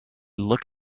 look